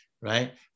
right